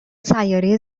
سیاره